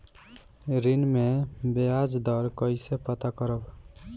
ऋण में बयाज दर कईसे पता करब?